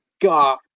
god